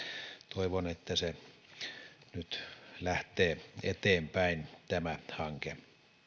toivon että tämä hanke lähtee nyt eteenpäin